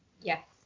Yes